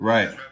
Right